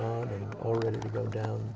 up already to go down